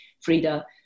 Frida